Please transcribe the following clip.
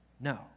No